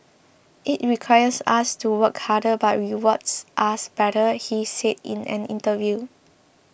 it requires us to work harder but rewards us better he said in an interview